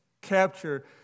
capture